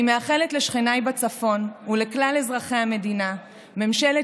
אני מאחלת לשכניי בצפון ולכלל אזרחי המדינה ממשלת